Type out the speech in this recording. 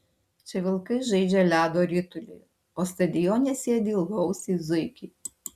čia vilkai žaidžia ledo ritulį o stadione sėdi ilgaausiai zuikiai